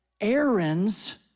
Aaron's